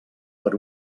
per